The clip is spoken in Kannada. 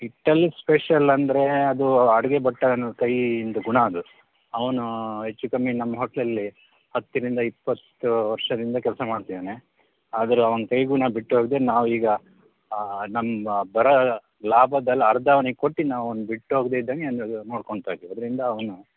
ಹಿಟ್ಟಲ್ಲಿ ಸ್ಪೆಷಲ್ಲಂದರೆ ಅದು ಅಡುಗೆ ಭಟ್ಟನ ಕೈಂದು ಗುಣ ಅದು ಅವನು ಹೆಚ್ಚು ಕಮ್ಮಿ ನಮ್ಮ ಹೋಟ್ಲಲ್ಲಿ ಹತ್ತರಿಂದ ಇಪ್ಪತ್ತು ವರ್ಷದಿಂದ ಕೆಲಸ ಮಾಡ್ತಿದ್ದಾನೆ ಆದರೆ ಅವನ ಕೈ ಗುಣ ಬಿಟ್ಟು ಹೋಗದೆ ನಾವೀಗ ನಮ್ಮ ಬರೋ ಲಾಭದಲ್ಲಿ ಅರ್ಧ ಅವನಿಗೆ ಕೊಟ್ಟು ಅವನು ಬಿಟ್ಟು ಹೋಗದೆ ಇದ್ದಂಗೆ ನೋಡ್ಕೊತ ಇದ್ದೀವಿ ಅದರಿಂದ ಅವನು